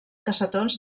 cassetons